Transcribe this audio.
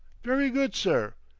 very good, sir.